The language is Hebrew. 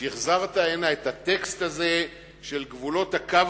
לכך שהחזרת לכאן את הטקסט הזה של גבולות "הקו